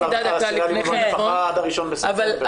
עצירת האלימות במשפחה עד הראשון בספטמבר.